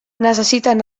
necessiten